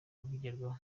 bigerwaho